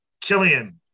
Killian